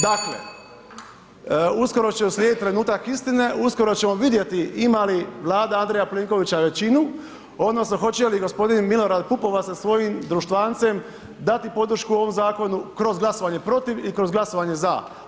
Dakle, uskoro će uslijedit trenutak istine, uskoro ćemo vidjeti ima li Vlada Andreja Plenkovića većinu odnosno hoće li gospodin Milorad Pupovac sa svojim društvancem dati podršku ovom zakonu kroz glasovanje protiv ili kroz glasovanje za.